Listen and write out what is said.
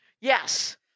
Yes